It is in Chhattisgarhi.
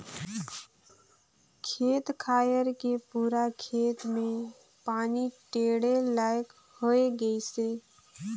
खेत खायर के पूरा खेत मे पानी टेंड़े लईक होए गइसे